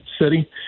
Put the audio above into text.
city